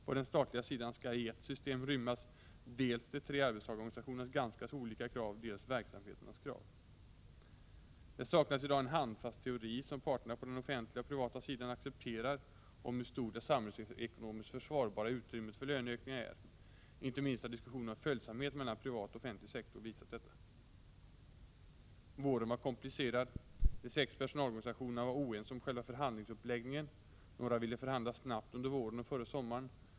På den statliga sidan skall i ett system rymmas dels de tre arbetstagarorganisationernas ganska så olika krav, dels verksamheternas krav. — Det saknas i dag en handfast teori som parterna på både den offentliga och privata sidan accepterar om hur stort det samhällsekonomiskt försvarbara utrymmet för löneökningar är. Inte minst har diskussionen om följsamhet mellan privat och offentlig sektor visat detta. —- Våren var komplicerad. De sex personalorganisationerna var oense om själva förhandlingsuppläggningen. Några ville förhandla snabbt under våren och före sommaren.